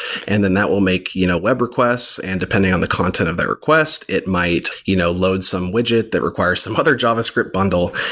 and then that will make you know web requests, and depending on the content of the request, it might you know load some widgets that require some other javascript bundle.